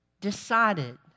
decided